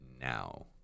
now